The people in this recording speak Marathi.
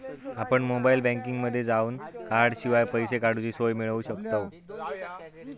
आपण मोबाईल बँकिंगमध्ये जावन कॉर्डशिवाय पैसे काडूची सोय मिळवू शकतव